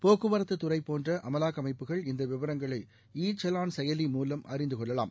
போக்குவரத்து துறை போன்ற அமலாக்க அமைப்புகள் இந்த விவரங்ளை ஈ சலான் செயலி மூலம் அறிந்து கொள்ளலாம்